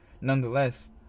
nonetheless